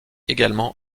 également